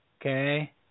Okay